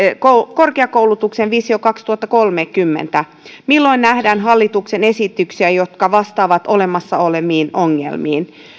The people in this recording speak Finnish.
korkeakoulutuksen visio kaksituhattakolmekymmentä milloin nähdään hallituksen esityksiä jotka vastaavat olemassa oleviin ongelmiin